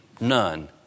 None